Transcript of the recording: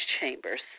chambers